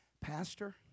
Pastor